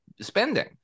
spending